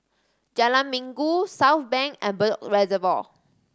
Jalan Minggu Southbank and Bedok Reservoir